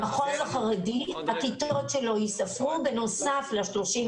המחוז החרדי, הכיתות שלו ייספרו בנוסף ל-33